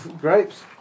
Grapes